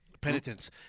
Penitence